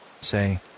say